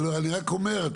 אני רק אומר,